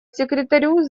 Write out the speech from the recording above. секретарю